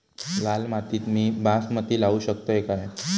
लाल मातीत मी बासमती लावू शकतय काय?